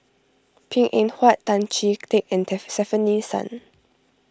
Png Eng Huat Tan Chee Teck and Stefanie Sun